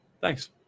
Thanks